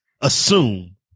assume